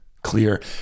clear